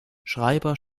schreiber